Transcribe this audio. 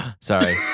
Sorry